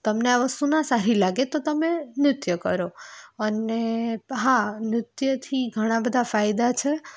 તમને આ વસ્તુ ન સારી લાગે તો તમે નૃત્ય કરો અને હા નૃત્યથી ઘણાં બધાં ફાયદા છે